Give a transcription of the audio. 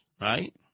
right